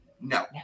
No